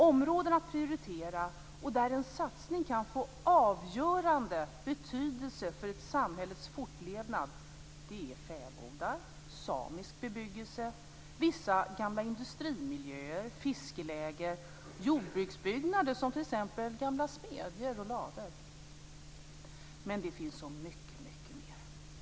Områden att prioritera där en satsning kan få avgörande betydelse för ett samhälles fortlevnad är fäbodar, samisk bebyggelse, vissa gamla industrimiljöer, fiskelägen och jordbruksbyggnader som t.ex. gamla smedjor och lador. Men det finns så mycket mer.